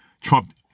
Trump